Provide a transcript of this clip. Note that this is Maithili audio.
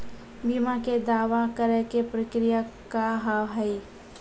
बीमा के दावा करे के प्रक्रिया का हाव हई?